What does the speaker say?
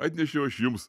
atnešiau aš jums